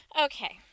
Okay